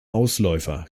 ausläufer